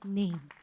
name